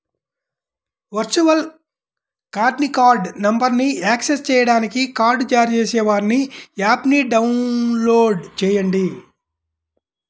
virtual కార్డ్ని card నంబర్ను access చేయడానికి కార్డ్ జారీ చేసేవారి యాప్ని డౌన్లోడ్ చేయండి